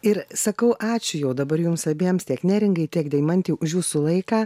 ir sakau ačiū jau dabar jums abiems tiek neringai tiek deimantei už jūsų laiką